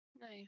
nice